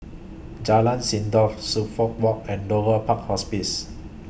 Jalan Sindor Suffolk Walk and Dover Park Hospice